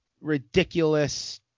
ridiculous